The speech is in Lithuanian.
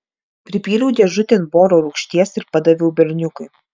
pripyliau dėžutėn boro rūgšties ir padaviau berniukui